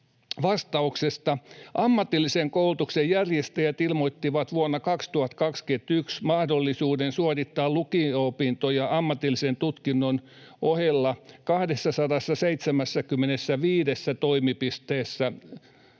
vastauksesta: ”Ammatillisen koulutuksen järjestäjät ilmoittivat vuonna 2021 mahdollisuuden suorittaa lukio-opintoja ammatillisen tutkinnon ohella 275 toimipisteessä